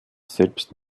selbst